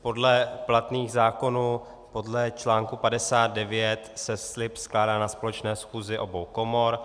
Podle platných zákonů, podle článku 59 se slib skládá na společné schůzi obou komor.